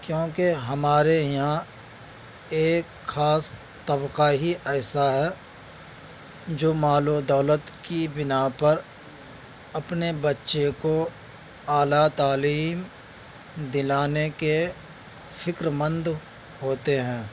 کیونکہ ہمارے یہاں ایک خاص طبقہ ہی ایسا ہے جو مال و دولت کی بنا پر اپنے بچے کو اعلیٰ تعلیم دلانے کے فکرمند ہوتے ہیں